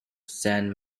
san